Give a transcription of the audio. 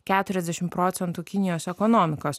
keturiasdešim procentų kinijos ekonomikos